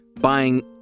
buying